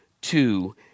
two